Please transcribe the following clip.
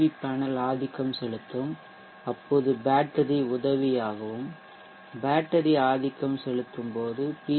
we panel ஆதிக்கம் செலுத்தும் அப்போது பேட்டரி உதவியாகவும் பேட்டரி ஆதிக்கம் செலுத்தும்போது பி